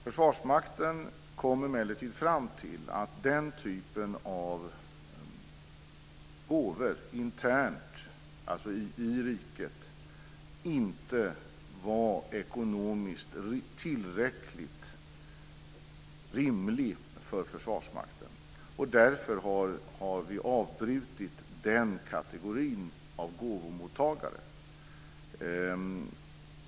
Försvarsmakten kom emellertid fram till att den typen av gåvor internt, alltså i riket, inte var ekonomiskt tillräckligt rimliga för Försvarsmakten. Därför har vi avbrutit med gåvor till den kategorin mottagare.